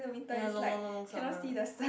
ya long long long long summer